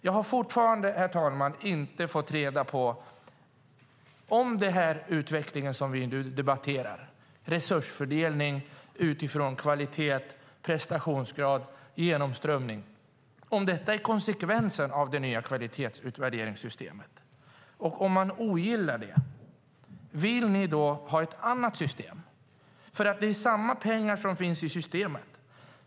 Jag har fortfarande, herr talman, inte fått veta om den utveckling som vi nu debatterar - resursfördelning utifrån kvalitet, prestationsgrad, genomströmning - är konsekvensen av det nya kvalitetsutvärderingssystemet. Om man ogillar det, vill man då ha ett annat system? Det är nämligen samma pengar som finns i systemet.